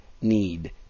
need